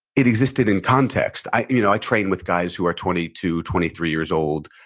it existed in context. i you know i train with guys who are twenty two, twenty three years old,